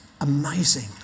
amazing